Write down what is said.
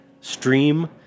stream